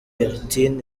bertin